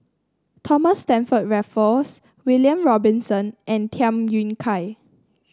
Thomas Stamford Raffles William Robinson and Tham Yui Kai